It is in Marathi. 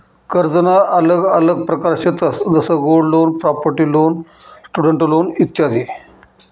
कर्जना आल्लग आल्लग प्रकार शेतंस जसं gold loan, property loan, student loan इत्यादी